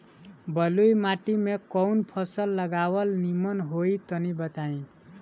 बलुई माटी में कउन फल लगावल निमन होई तनि बताई?